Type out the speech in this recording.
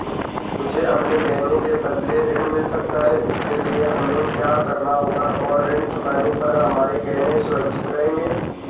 मुझे अपने गहने के बदलें ऋण मिल सकता है इसके लिए हमें क्या करना होगा और ऋण चुकाने पर हमारे गहने सुरक्षित रहेंगे?